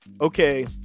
okay